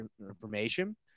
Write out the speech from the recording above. information